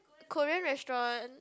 Korean restaurant